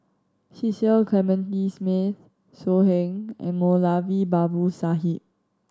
Cecil Clementi Smith So Heng and Moulavi Babu Sahib